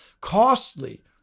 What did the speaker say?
costly